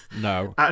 No